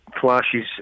flashes